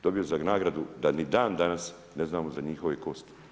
Dobio je za nagradu da ni dan danas ne znamo za njihove kosti.